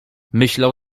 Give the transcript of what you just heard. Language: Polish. myślał